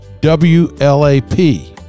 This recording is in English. WLAP